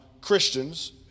Christians